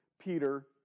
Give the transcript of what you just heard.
Peter